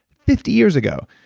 fifty years ago.